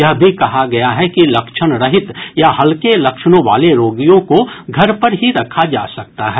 यह भी कहा गया है कि लक्षण रहित या हल्के लक्षणों वाले रोगियों को घर पर ही रखा जा सकता है